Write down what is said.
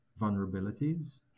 vulnerabilities